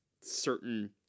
certain